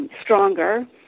stronger